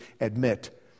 admit